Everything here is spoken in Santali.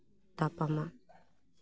ᱛᱟᱯᱟᱢᱟ